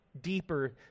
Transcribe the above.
deeper